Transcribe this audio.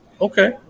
Okay